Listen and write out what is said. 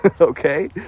okay